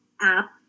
app